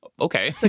okay